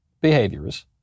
behaviors